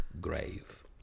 grave